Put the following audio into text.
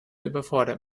überfordert